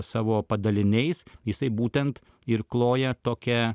savo padaliniais jisai būtent ir kloja tokią